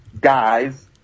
guys